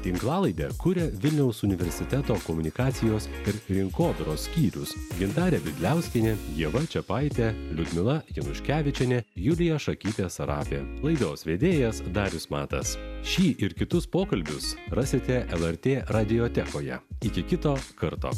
tinklalaidę kuria vilniaus universiteto komunikacijos ir rinkodaros skyrius gintarė bidliauskienė ieva čiapaitė liudmila januškevičienė julija šakytė sarapė laidos vedėjas darius matas šį ir kitus pokalbius rasite lrt radiotekoje iki kito karto